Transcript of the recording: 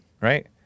right